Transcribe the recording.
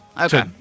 Okay